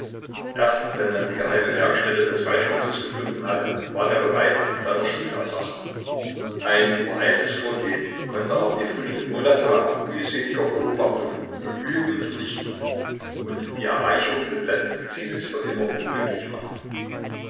erst wenn man die geheime werkstätte des falschmünzers gefunden hatte war der beweis seiner schuld erbracht ein übereiltes vorgehen konnte aber die früchte monatelanger mühseliger beobachtungen und bemühungen vernichten und die erreichung des letzten zieles für immer unmöglich machen